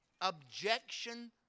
objection